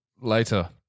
Later